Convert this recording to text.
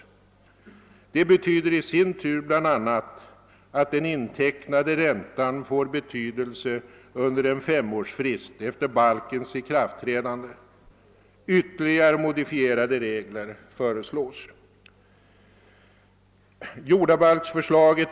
Det betyder i sin tur bl.a. att den intecknade räntan får betydelse under en femårsfrist efter balkens ikraftträdande. Ytterligare modifierade regler föreslås.